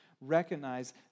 recognize